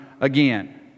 again